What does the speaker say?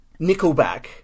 Nickelback